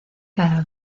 cada